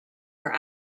her